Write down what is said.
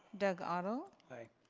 doug otto? aye.